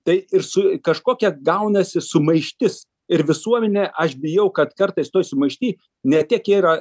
tai ir su kažkokia gaunasi sumaištis ir visuomenė aš bijau kad kartais toj sumaišty ne tiek yra